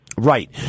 Right